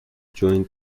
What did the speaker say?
joined